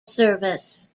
service